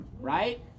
Right